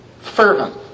Fervent